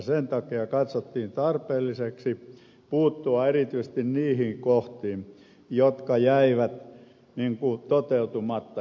sen takia katsottiin tarpeelliseksi puuttua erityisesti niihin kohtiin jotka jäivät toteutumatta